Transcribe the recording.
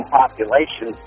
population